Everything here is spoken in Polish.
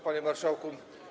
Panie Marszałku!